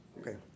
Okay